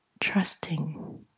Trusting